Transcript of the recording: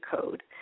code